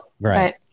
Right